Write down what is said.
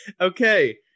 Okay